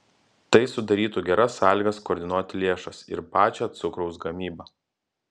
tai sudarytų geras sąlygas koordinuoti lėšas ir pačią cukraus gamybą